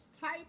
type